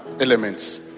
elements